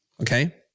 Okay